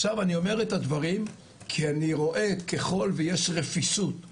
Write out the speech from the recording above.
עכשיו אני אומר את הדברים כי אני רואה ככל ויש רפיסות,